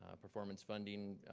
um performance funding,